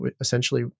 essentially